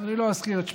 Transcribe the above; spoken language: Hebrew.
ואני לא אזכיר את שמו,